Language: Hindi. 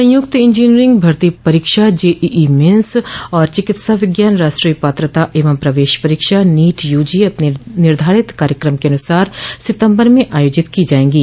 संयुक्त इंजीनियंरिंग भर्ती परीक्षा जेईई मेन्स और चिकित्सा विज्ञान राष्ट्रीय पात्रता एवं प्रवेश परीक्षा नीट यूजी अपने निर्धारित कार्यक्रम के अनुसार सिंतबर में आयोजित की जाएंगी